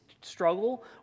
struggle